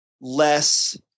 less